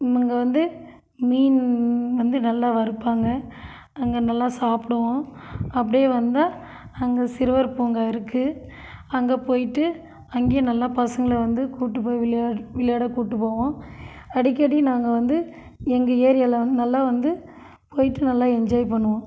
அங்கே வந்து மீன் வந்து நல்லா வறுப்பாங்கள் அங்கே நல்லா சாப்பிடுவோம் அப்படியே வந்தால் அங்கே சிறுவர் பூங்கா இருக்குது அங்கே போய்ட்டு அங்கேயும் நல்லா பசங்களை வந்து கூப்பிட்டு போய் விளையாட கூப்பிட்டு போவோம் அடிக்கடி நாங்கள் வந்து எங்கள் ஏரியாவில நல்லா வந்து போய்ட்டு நல்லா என்ஜாய் பண்ணுவோம்